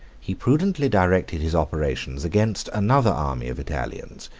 he prudently directed his operations against another army of italians,